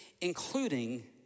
including